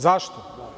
Zašto?